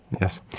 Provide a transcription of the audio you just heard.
Yes